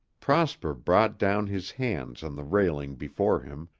prosper brought down his hands on the railing before him,